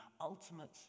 Ultimate